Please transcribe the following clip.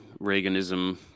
Reaganism